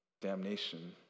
damnation